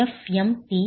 85 f'mt0